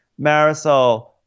Marisol